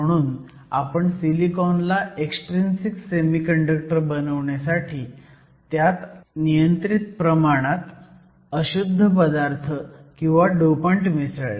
म्हणून आपण सिलिकॉनला एक्सट्रिंसिक सेमीकंडक्टर बनवण्यासाठी त्यात नियंत्रित प्रमाणात अशुद्ध पदार्थ किंवा डोपंट मिसळले